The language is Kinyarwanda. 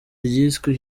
ryiswe